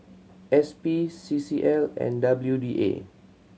S P C C L and W D A